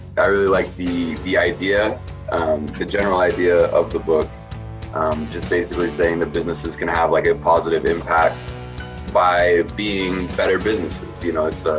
i really like the the idea, the general idea of the book just basically saying that businesses can have like a positive impact by being better businesses. you know, it's